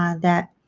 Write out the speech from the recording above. um that